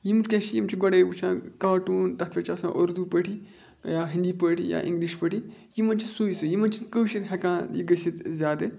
یِم کیٛاہ چھِ یِم چھِ گۄڈَے وٕچھان کاٹوٗن تَتھ پٮ۪ٹھ چھِ آسان اُردو پٲٹھی یا ہِندی پٲٹھی یا اِنٛگلِش پٲٹھی یِمَن چھِ سُے سُے یِمَن چھِنہٕ کٲشُر ہٮ۪کان یہِ گٔژھِتھ زیادٕ